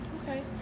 Okay